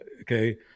okay